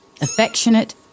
affectionate